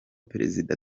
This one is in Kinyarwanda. perezida